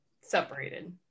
separated